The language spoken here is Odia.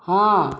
ହଁ